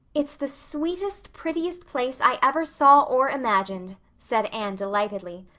it's the sweetest, prettiest place i ever saw or imagined, said anne delightedly.